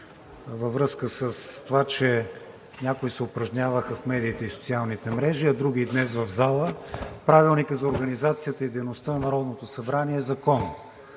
във връзка с това, че някои се упражняваха в медиите и социалните мрежи, а други и днес в залата. Правилникът за организацията и дейността на Народното събрание е закон.